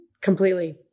completely